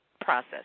process